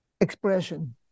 expression